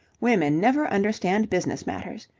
women never understand business matters.